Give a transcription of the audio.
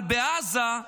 אבל בעזה,